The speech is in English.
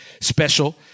special